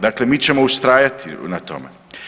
Dakle mi ćemo ustrajati na tome.